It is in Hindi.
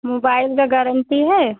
मुबाइल कइ गारंटी है